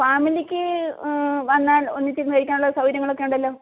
ഫാമിലിക്ക് വന്നാൽ ഒന്നിച്ചിരുന്ന് കഴിക്കാനുള്ള സൗകര്യങ്ങളൊക്കെ ഉണ്ടല്ലോ